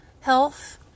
health